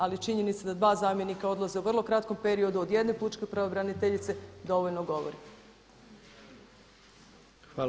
Ali je činjenica da dva zamjenika odlaze u vrlo kratkom periodu od jedne pučke pravobraniteljice dovoljno govori.